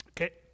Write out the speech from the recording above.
okay